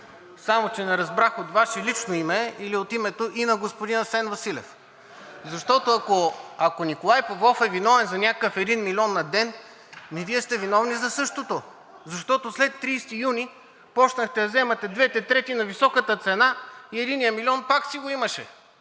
само че не разбрах от Ваше лично име или от името и на господин Асен Василев. Защото, ако Николай Павлов е виновен за някакъв един милион на ден, Вие сте виновни за същото. Защото след 30 юни почнахте да взимате двете трети на високата цена и единия милион пак си го имаше.